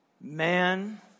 man